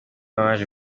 waje